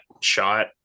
shot